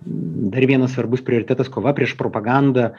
dar vienas svarbus prioritetas kova prieš propagandą